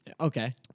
Okay